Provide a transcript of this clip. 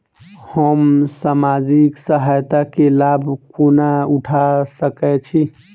हम सामाजिक सहायता केँ लाभ कोना उठा सकै छी?